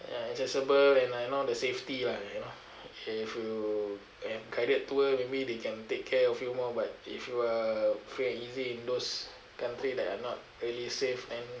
ya accessible and like you know the safety lah you know if you and guided tour maybe they can take care of you more but if you are free and easy in those countries that are not really safe then